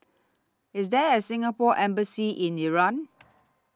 IS There A Singapore Embassy in Iran